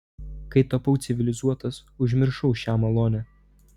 kai tapau civilizuotas užmiršau šią malonę